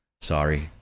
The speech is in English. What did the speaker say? Sorry